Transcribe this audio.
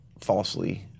falsely